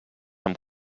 amb